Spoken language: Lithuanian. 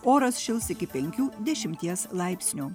oras šils iki penkių dešimties laipsnių